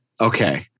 Okay